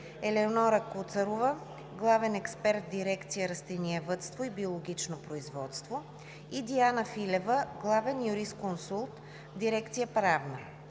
Елеонора Куцарова – главен експерт в Дирекция „Растениевъдство и биологично производство“, и Диана Филева – главен юрисконсулт в дирекция „Правна“.